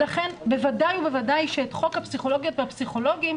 לכן בוודאי ובוודאי שאת חוק הפסיכולוגיות והפסיכולוגים,